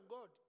God